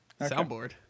soundboard